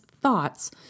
thoughts